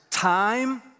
Time